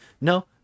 No